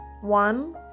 one